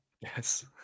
Yes